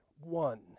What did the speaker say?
one